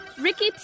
Ricky